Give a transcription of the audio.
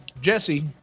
Jesse